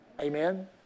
Amen